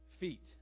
feet